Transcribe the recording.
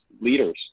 leaders